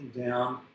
down